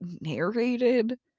narrated